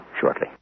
shortly